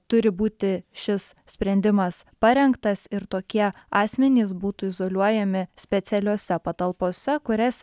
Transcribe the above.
turi būti šis sprendimas parengtas ir tokie asmenys būtų izoliuojami specialiose patalpose kurias